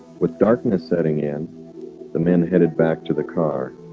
with darkness setting in the men headed back to the car